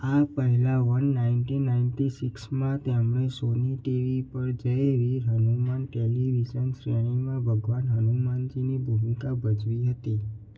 આ પહેલાં one ninety ninety સિક્ષમાં તેમણે સોની ટીવી પર વીર હનુમાન ટેલિવિઝન શ્રેણીમાં ભગવાન હનુમાનની ભૂમિકા ભજવી હતી